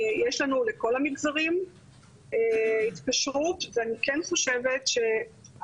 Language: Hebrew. יש לנו לכל המגזרים התקשרות ואני כן חושבת שהדיון